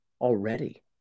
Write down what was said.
already